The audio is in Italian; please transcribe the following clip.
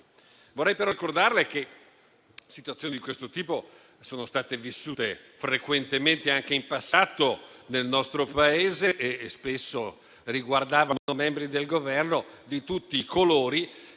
Vorrei però ricordarle che situazioni di questo tipo sono state vissute frequentemente anche in passato nel nostro Paese e spesso riguardavano membri del Governo di tutti i colori.